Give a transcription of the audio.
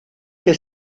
che